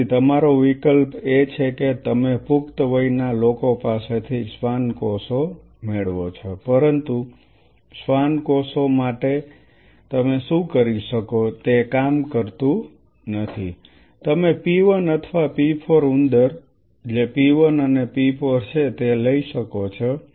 તેથી તમારો વિકલ્પ એ છે કે તમે પુખ્ત વયના લોકો પાસેથી શ્વાન મેળવો છો પરંતુ શ્વાન કોષો માટે તમે શું કરી શકો તે કામ કરતું નથી તમે p1 અથવા p4 ઉંદર જે p1 અને p4 છે તે લઈ શકો છો